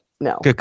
No